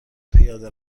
پیاده